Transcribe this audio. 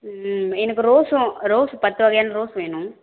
ம் எனக்கு ரோஸும் ரோஸ் பத்து வகையான ரோஸ் வேணும்